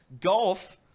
golf